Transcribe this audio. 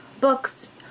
books